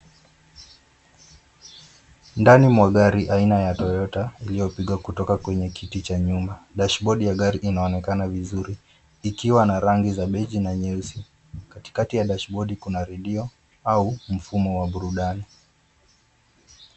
Ndani mwa gari aina ya cs[Toyota]cs iliyopigwa kwenye kiti cha nyuma. Dashibodi ya gari inaonekana vizuri ikiwa na rangi za beiji na nyeusi. Katikati ya dashibodi kuna redio au mfumo wa burudani.